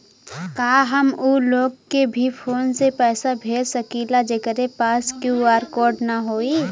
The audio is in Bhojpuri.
का हम ऊ लोग के भी फोन से पैसा भेज सकीला जेकरे पास क्यू.आर कोड न होई?